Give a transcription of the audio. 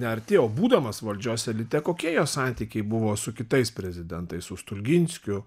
ne arti o būdamas valdžios elite kokie jo santykiai buvo su kitais prezidentais su stulginskiu